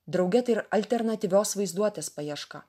drauge tai ir alternatyvios vaizduotės paieška